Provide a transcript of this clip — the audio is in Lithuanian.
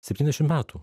septyniasdešim metų